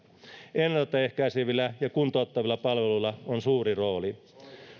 ennalta ehkäisevillä ja kuntouttavilla palveluilla on suuri rooli